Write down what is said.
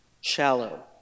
shallow